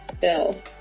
Bill